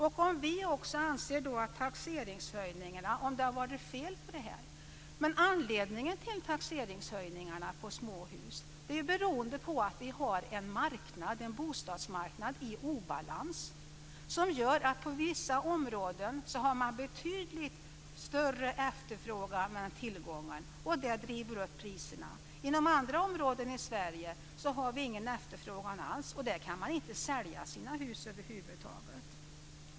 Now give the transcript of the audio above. Han frågade också om vi anser att taxeringshöjningarna har varit felaktiga. Höjningen av taxeringsvärdena på småhus beror på att vi har haft en bostadsmarknad i obalans. Det gör att man i vissa områden har betydligt större efterfrågan än tillgång, och det driver upp priserna. I andra områden i Sverige finns det ingen efterfrågan alls, och där kan man över huvud taget inte sälja sina hus.